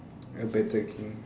a better king